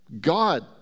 God